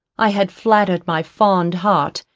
i had flattered my fond heart,